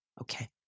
Okay